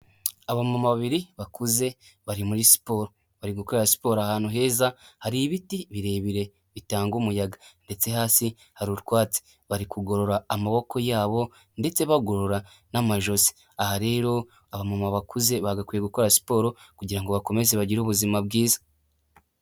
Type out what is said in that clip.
Aba mama babiri bakuze, bari muri siporo. Bari gukora siporo ahantu heza, hari ibiti birebire bitanga umuyaga, ndetse hasi hari utwatsi, bari kugorora amaboko yabo ndetse bagorora n'amajosi. Aha rero aba mama bakuze bagakwiye gukora siporo kugira ngo bakomeze bagire ubuzima bwiza.